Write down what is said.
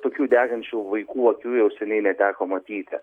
tokių degančių vaikų akių jau seniai neteko matyti